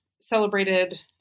celebrated